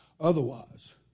Otherwise